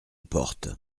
porte